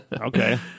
Okay